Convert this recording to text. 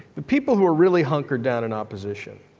the people who are really hunkered down in opposition,